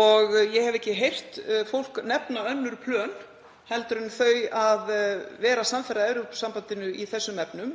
og ég hef ekki heyrt fólk nefna önnur plön en þau að vera samferða Evrópusambandinu í þessum efnum.